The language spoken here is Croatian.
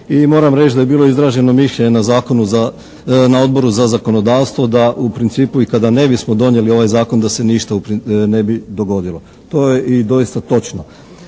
moram reći da je bilo izraženo mišljenje na Odboru za zakonodavstvo da u principu i kada ne bismo donijeli ovaj zakon da se ništa ne bi dogodilo. To je i doista točno.